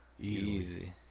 easy